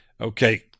Okay